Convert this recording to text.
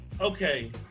Okay